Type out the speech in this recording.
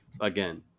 Again